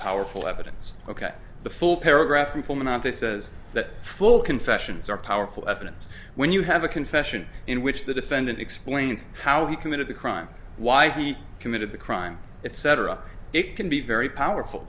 powerful evidence ok the full paragraph and full amount they says that full confessions are powerful evidence when you have a confession in which the defendant explains how he committed the crime why he committed the crime etc it can be very powerful